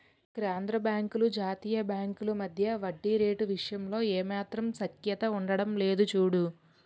కేంద్రబాంకులు జాతీయ బాంకుల మధ్య వడ్డీ రేటు విషయంలో ఏమాత్రం సఖ్యత ఉండడం లేదు చూడు